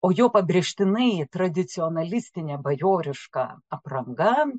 o jo pabrėžtinai tradicionalistinė bajorišką apranga